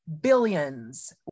Billions